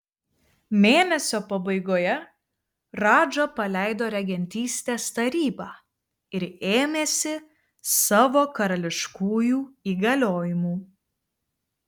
mėnesio pabaigoje radža paleido regentystės tarybą ir ėmėsi savo karališkųjų įgaliojimų